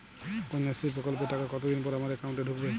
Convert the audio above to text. কন্যাশ্রী প্রকল্পের টাকা কতদিন পর আমার অ্যাকাউন্ট এ ঢুকবে?